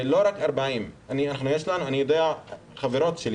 ולא רק בגיל 40 אני יודע גם מחברות שלי